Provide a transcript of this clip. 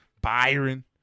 Byron